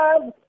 love